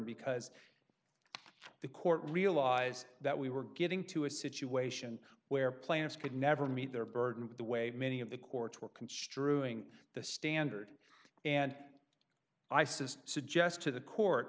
because the court realize that we were getting to a situation where players could never meet their burden with the way many of the courts were construing the standard and i says suggest to the court